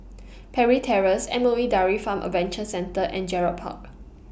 Parry Terrace M O E Dairy Farm Adventure Centre and Gerald Park